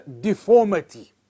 deformity